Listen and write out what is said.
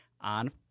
on